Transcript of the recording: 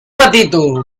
patito